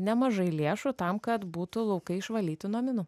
nemažai lėšų tam kad būtų laukai išvalyti nuo minų